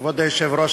כבוד היושב-ראש,